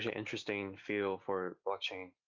ah interesting field for blockchain